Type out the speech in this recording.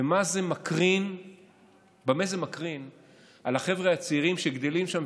ובמה זה מקרין על החבר'ה הצעירים שגדלים שם,